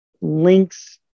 links